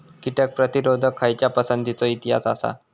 कीटक प्रतिरोधक खयच्या पसंतीचो इतिहास आसा?